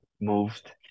moved